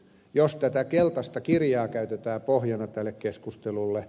jos tätä keltaista kirjaa käytetään pohjana tälle keskustelulle